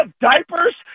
diapers